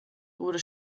wurde